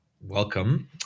welcome